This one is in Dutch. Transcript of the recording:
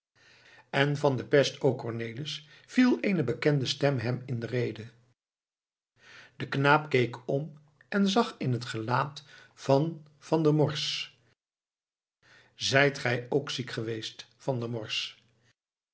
en van de pest ook cornelis viel eene bekende stem hem in de rede de knaap keek om en zag in het gelaat van van der morsch zijt gij ook ziek geweest van der morsch